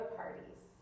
parties